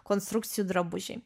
konstrukcijų drabužiai